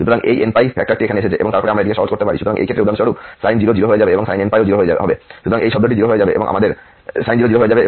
সুতরাং এই nπ ফ্যাক্টরটি এখন এসেছে এবং তারপরে আমরা এটিকে সহজ করতে পারি সুতরাং এই ক্ষেত্রে উদাহরণস্বরূপ sin 0 0 হয়ে যাবে এবং sin nπ ও 0 হবে